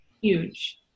huge